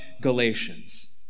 Galatians